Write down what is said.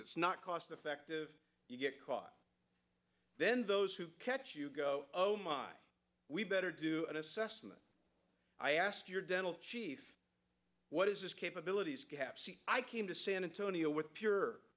it's not cost effective you get caught then those who catch you go oh my we better do an assessment i asked your dental chief what is his capabilities i came to san antonio with pure